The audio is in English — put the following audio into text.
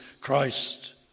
Christ